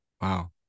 Wow